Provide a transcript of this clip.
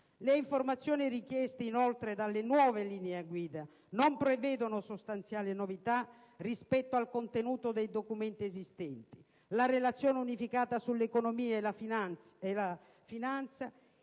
le informazioni richieste dalle nuove linee guida non prevedono sostanziali novità rispetto al contenuto dei documenti esistenti. La Relazione unificata sull'economia e la finanzia